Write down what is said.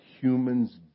humans